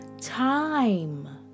time